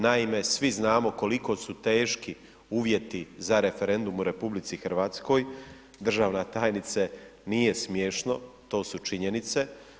Naime, svi znamo koliko su teški uvjeti za referendum u RH, državna tajnice nije smiješno, to su činjenice.